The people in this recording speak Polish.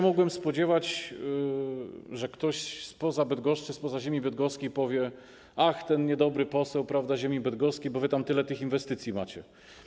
Mogłem się spodziewać, że ktoś spoza Bydgoszczy, spoza ziemi bydgoskiej powie: Ach, ten niedobry poseł z ziemi bydgoskiej, bo wy tam tyle tych inwestycji macie.